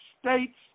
States